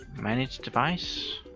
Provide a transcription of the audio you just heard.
manage device.